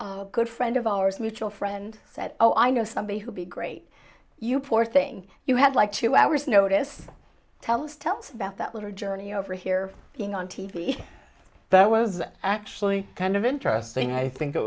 and good friend of ours mutual friend said oh i know somebody who'd be great you poor thing you had like two hours notice tell us tell us about that little journey over here being on t v that was actually kind of interesting i think it